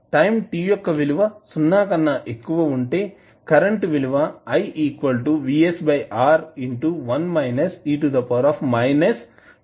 time t యొక్క విలువ సున్నా కన్నా ఎక్కువ ఉంటే కరెంటు విలువ గా అవుతుంది